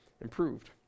improved